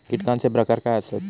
कीटकांचे प्रकार काय आसत?